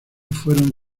fueron